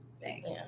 Thanks